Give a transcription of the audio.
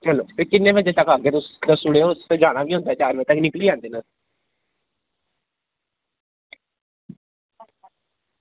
चलो किन्ने बजे तक आह्गे तुस दस्सी ओड़ेओ चार बजे तक निकली जंदे न